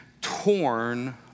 torn